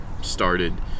started